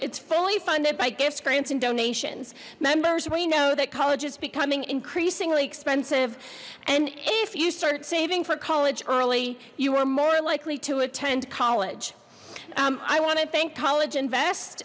it's fully funded by gifts grants and donations members we know that college is becoming increasingly expensive and if you start saving for college early you are more likely to attend college i want to thank college and vest